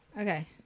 okay